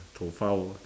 found